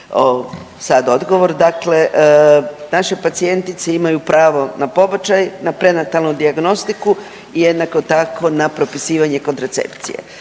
sad odgovor. Dakle, naše pacijentice imaju pravo na pobačaj, na prenatalnu dijagnostiku i jednako tako na propisivanje kontracepcije.